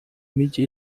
migi